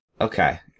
Okay